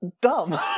Dumb